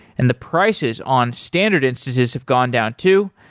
and the prices on standard instances have gone down too.